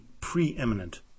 preeminent